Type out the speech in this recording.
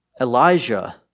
Elijah